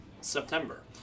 September